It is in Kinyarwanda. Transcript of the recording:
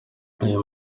uyu